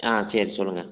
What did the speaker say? ஆ சரி சொல்லுங்கள்